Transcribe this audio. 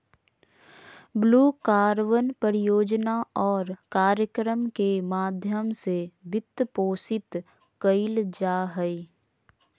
blue carbon परियोजना और कार्यक्रम के माध्यम से वित्तपोषित कइल जा हइ